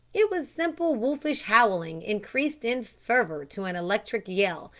it was simple wolfish howling increased in fervour to an electric yell,